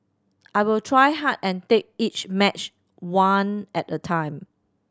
I will try hard and take each match one at a time